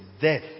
Death